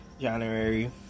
January